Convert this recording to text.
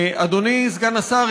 אדוני סגן השר,